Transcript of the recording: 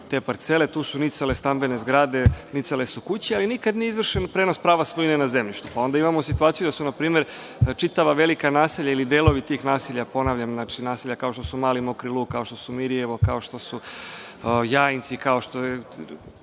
te parcele. Tu su nicale stambene zgrade, nicale su kuće, ali nikada nije izvršen prenos prava svojine na zemljištu. Onda imamo situaciju da su, na primer, čitava velika naselja ili delovi tih naselja, ponavljam naselja kao što su Mali Mokri Lug, Mirjevo, Jajinci, po